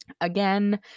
again